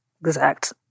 exact